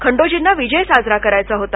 खंडोजींना विजय साजरा करायचा होता